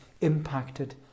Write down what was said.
impacted